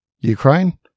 Ukraine